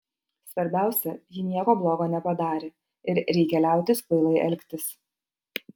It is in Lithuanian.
svarbiausia ji nieko blogo nepadarė ir reikia liautis kvailai elgtis